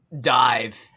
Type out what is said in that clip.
dive